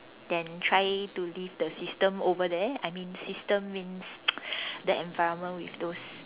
then try to leave the system over there I mean system means the environment with those